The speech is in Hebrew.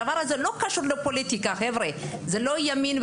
ללא קשר לפוליטיקה; זה לא ימין,